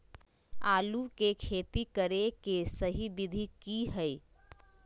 आलू के खेती करें के सही विधि की हय?